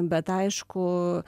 bet aišku